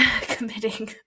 committing